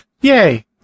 Yay